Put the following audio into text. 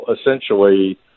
essentially